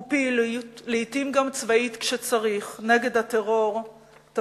ולעתים גם פעילות צבאית נגד הטרור כשצריך,